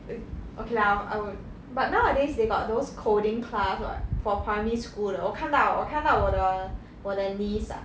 if okay lah I would but nowadays they got those coding class what for primary school 的我看到我看到我的我的 niece ah